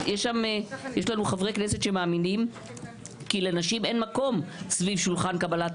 יש לנו חברי כנסת שמאמינים כי לנשים אין מקום סביב שולחן קבלת